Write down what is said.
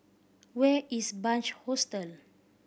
where is Bunc Hostel